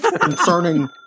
concerning